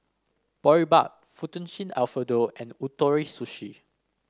Boribap Fettuccine Alfredo and Ootoro Sushi